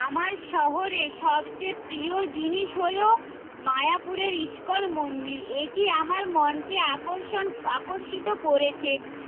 আমার শহরে সবচেয়ে প্রিয় জিনিস হলো মায়াপুরের ইস্কন মন্দির এটি আমার মনকে আকর্ষণ আকর্ষিত করেছে